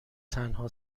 تنها